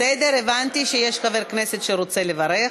בסדר, הבנתי שיש חבר כנסת שרוצה לברך.